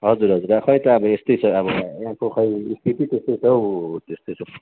हजुर हजुर खै त अब यस्तै छ अब यहाँको खै स्थिति त्यस्तै छ हौ त्यस्तै छ